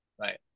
Right